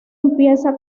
empieza